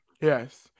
Yes